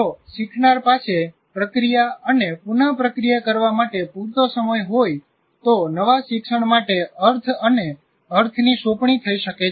જો શીખનાર પાસે પ્રક્રિયા અને પુન પ્રક્રિયા કરવા માટે પૂરતો સમય હોય તો નવા શિક્ષણ માટે અર્થ અને અર્થની સોંપણી થઈ શકે છે